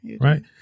right